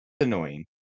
annoying